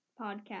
podcast